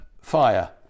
fire